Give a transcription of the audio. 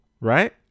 right